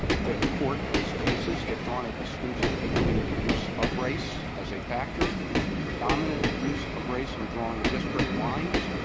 the court's cases have drawn a distinction between the use of race as a factor and the predominant use of race in drawing district lines,